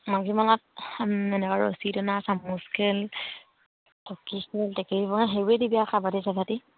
মাঘী মেলাত এনেকুৱা ৰছী টনা চামুচ খেল চকী খেল টেকেলি ভঙা